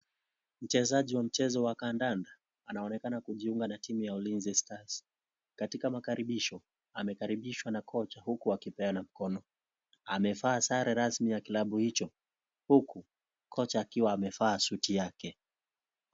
Mchezaji wa mchezo wa kandanda anaonekana kujiunga na timu ya Ulinzi ya Stars. Katika makaribisho, amekaribishwa na kochi huku akipeana mkono. Amevaa sare rasmi ya kilabu hicho, huku kocha akiwa amevaa suti yake.